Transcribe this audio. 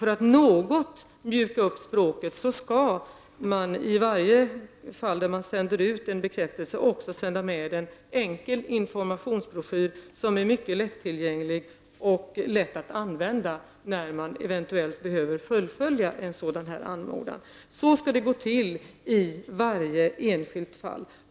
För att något mjuka upp språket skall man i varje fall då man sänder ut en bekräftelse också sända med en enkel informationsbroschyr som är mycket lättillgänglig och lätt att använda, om man eventuellt behöver fullfölja sin talan enligt anmodan. Så skall det gå till i varje enskilt fall.